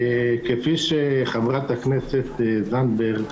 כפי שחברת הכנסת זנדברג,